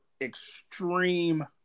extreme